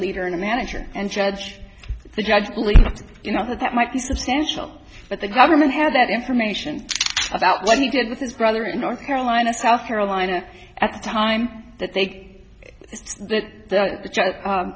leader in a manager and judge if the judge believes you know that that might be substantial but the government had that information about what he did with his brother in north carolina south carolina at the time that th